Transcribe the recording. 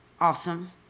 awesome